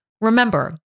Remember